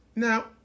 Now